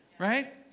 right